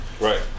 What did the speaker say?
Right